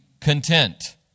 content